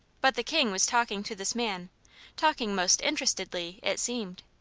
but the king was talking to this man talking most interestedly, it seemed.